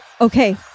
Okay